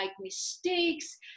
mistakes